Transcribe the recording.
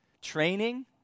training